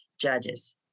judges